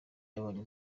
yabonye